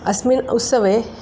अस्मिन् उत्सवे